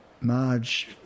Marge